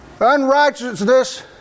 unrighteousness